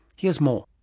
here's more.